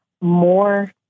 more